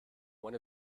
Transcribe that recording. one